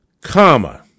comma